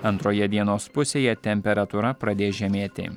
antroje dienos pusėje temperatūra pradės žemėti